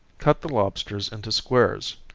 cut the lobsters into squares,